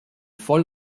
voll